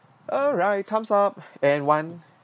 alright thumbs up and one